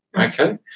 Okay